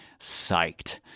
psyched